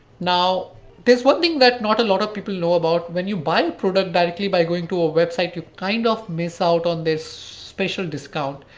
now there's one thing that not a lot of people know about. when you buy a product directly, by going to a website, you kind of miss out on this special discount.